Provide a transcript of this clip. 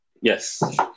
yes